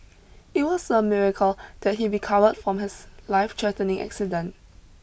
it was a miracle that he recovered from his lifethreatening accident